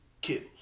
kills